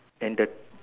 and the